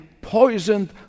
poisoned